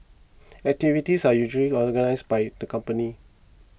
activities are usually organised by the companies